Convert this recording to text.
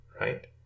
Right